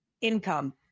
income